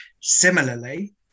Similarly